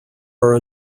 are